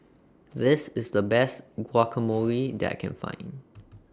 This IS The Best Guacamole that I Can Find